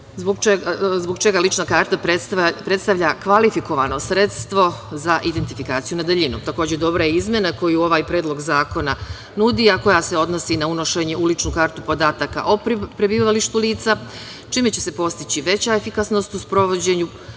zbog čega lična karta predstavlja kvalifikovano sredstvo za identifikaciju na daljinu. Takođe, dobra izmena koju ovaj predlog zakona nudi, a koja se odnosi na unošenje u ličnu kartu podataka o prebivalištu lica, čime će se postići veća efikasnost u sprovođenju